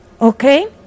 Okay